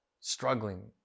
struggling